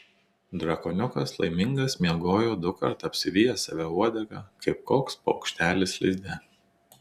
drakoniukas laimingas miegojo dukart apsivijęs save uodega kaip koks paukštelis lizde